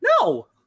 No